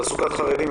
תעסוקת חרדים,